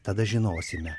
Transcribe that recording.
tada žinosime